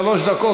שלוש דקות,